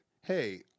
hey